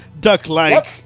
duck-like